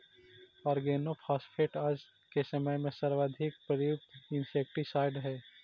organophosphate आज के समय में सर्वाधिक प्रयुक्त इंसेक्टिसाइट्स् हई